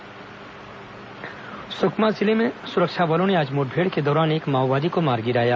माओवादी घटना सुकमा जिले में सुरक्षा बलों ने आज मुठभेड़ के दौरान एक माओवादी को मार गिराया